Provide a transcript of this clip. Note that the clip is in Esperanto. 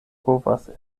povas